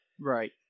Right